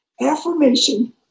affirmation